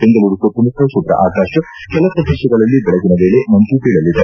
ಬೆಂಗಳೂರು ಸುತ್ತಮುತ್ತ ಶುಭ್ಧ ಆಕಾಶ ಕೆಲ ಪ್ರದೇಶಗಳಲ್ಲಿ ಬೆಳಗಿನ ವೇಳೆ ಮಂಜು ಬೀಳಲಿದೆ